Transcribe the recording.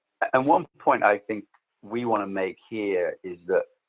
and one point i think we want to make here is that